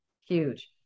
huge